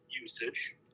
usage